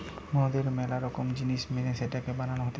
মদের ম্যালা রকম জিনিস মেনে সেটাকে বানানো হতিছে